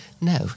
no